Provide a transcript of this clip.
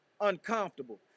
uncomfortable